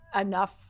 enough